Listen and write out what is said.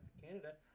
Canada